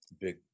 big